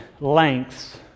lengths